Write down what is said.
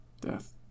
death